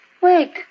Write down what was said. Wait